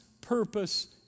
purpose